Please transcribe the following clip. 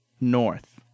North